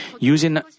using